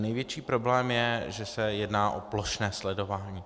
Největší problém je, že se jedná o plošné sledování.